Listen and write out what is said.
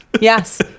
Yes